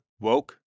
Woke